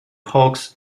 hawks